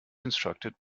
instructed